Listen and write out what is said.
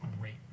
great